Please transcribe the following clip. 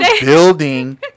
building